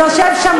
יושב שם